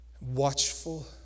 watchful